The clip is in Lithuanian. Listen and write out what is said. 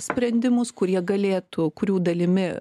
sprendimus kurie galėtų kurių dalimi